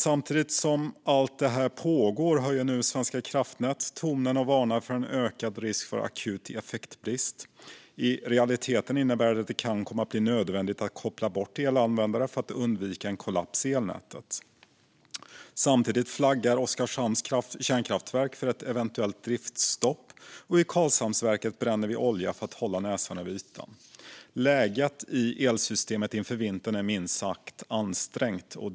Samtidigt som allt det här pågår höjer nu Svenska kraftnät tonen och varnar för en ökad risk för akut effektbrist. I realiteten innebär detta att det kan komma att bli nödvändigt att koppla bort elanvändare för att undvika en kollaps i elnätet. Samtidigt flaggar Oskarshamns kärnkraftverk för ett eventuellt driftsstopp, och i Karlshamnsverket bränner vi olja för att hålla näsan över ytan. Läget i elsystemet inför vintern är minst sagt ansträngt.